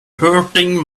hurting